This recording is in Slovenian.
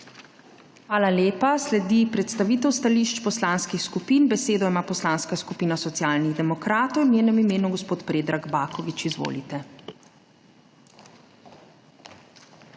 Hvala lepa. Sledi predstavitev stališč poslanskih skupin. Besedo ima Poslanska skupina Socialnih demokratov. V njenem imenu gospod Predrag Baković. Izvolite.